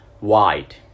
wide